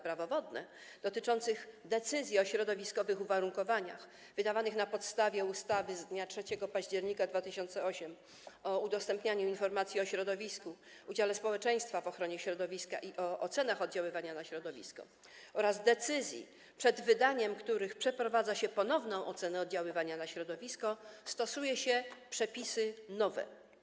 Prawo wodne dotyczących decyzji o środowiskowych uwarunkowaniach wydawanych na podstawie ustawy z dnia 3 października 2008 r. o udostępnianiu informacji o środowisku, udziale społeczeństwa w ochronie środowiska i o ocenach oddziaływania na środowisko oraz decyzji, przed wydaniem których przeprowadza się ponowną ocenę oddziaływania na środowisko, stosuje się przepisy nowe.